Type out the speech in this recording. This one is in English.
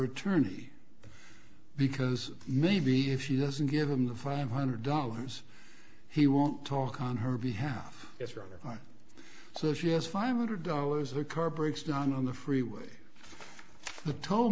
her tourney because maybe if she doesn't give him the five hundred dollars he won't talk on her behalf it's rather so she has five hundred dollars her car breaks down on the freeway the toll